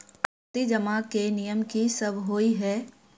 आवर्ती जमा केँ नियम की सब होइ है?